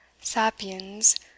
sapiens